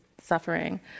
suffering